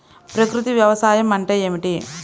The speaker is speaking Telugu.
ప్రకృతి వ్యవసాయం అంటే ఏమిటి?